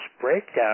breakdown